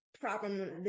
problem